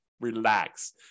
relax